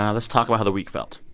ah let's talk about how the week felt.